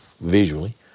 visually